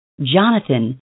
Jonathan